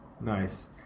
nice